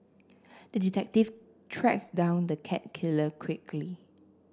the detective tracked down the cat killer quickly